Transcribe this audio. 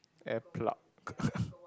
air plug